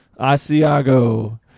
Asiago